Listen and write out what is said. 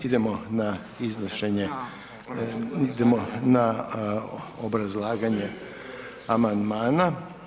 Idemo na iznošenje, idemo na obrazlaganje amandmana.